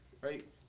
right